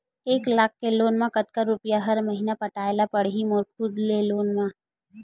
एक लाख के लोन मा कतका रुपिया हर महीना पटाय ला पढ़ही मोर खुद ले लोन मा?